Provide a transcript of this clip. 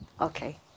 Okay